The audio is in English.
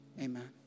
Amen